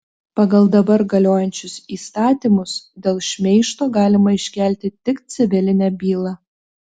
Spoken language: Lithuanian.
pagal dabar galiojančius įstatymus dėl šmeižto galima iškelti tik civilinę bylą